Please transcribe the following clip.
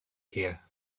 here